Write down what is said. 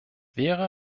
wäre